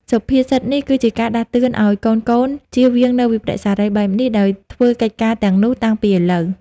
សុភាសិតនេះគឺជាការដាស់តឿនឲ្យកូនៗជៀសវាងនូវវិប្បដិសារីបែបនេះ ដោយធ្វើកិច្ចការទាំងនោះតាំងពីឥឡូវ។